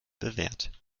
bewährt